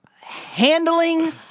handling